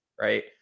right